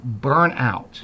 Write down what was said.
burnout